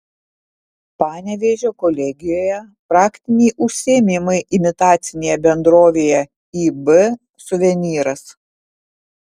panevėžio kolegijoje praktiniai užsiėmimai imitacinėje bendrovėje ib suvenyras